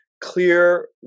clear